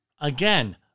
again